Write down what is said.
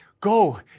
go